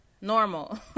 normal